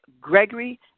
Gregory